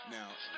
Now